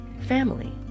family